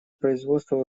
производству